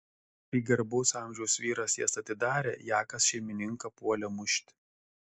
kai garbaus amžiaus vyras jas atidarė jakas šeimininką puolė mušti